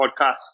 podcast